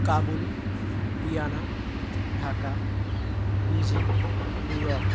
Kabul Vienna Dhaka Beijing New York